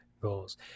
goals